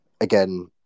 again